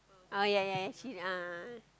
oh ya ya actually ah